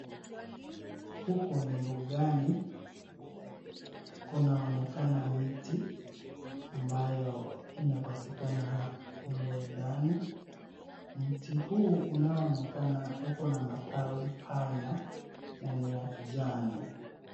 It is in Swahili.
Huku ni mbugani. Kunaonekana miti ambayo inapatikana mle ndani. Mti huu unaoonekana uko na matawi pana na ni ya kijani.